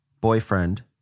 boyfriend